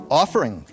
offering